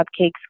cupcakes